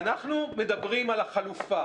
אנחנו מדברים על חלופה.